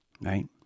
Right